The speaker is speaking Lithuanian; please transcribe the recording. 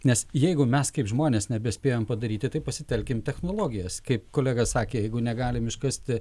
nes jeigu mes kaip žmonės nebespėjam padaryti tai pasitelkim technologijas kaip kolega sakė jeigu negalim iškasti